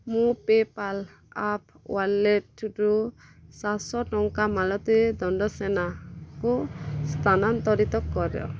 ମୋ PayPal app ୱାଲେଟ୍ରୁ ସାତଶହ ଟଙ୍କା ମାଲତୀ ଦଣ୍ଡସେନାଙ୍କୁ ସ୍ଥାନାନ୍ତରିତ କର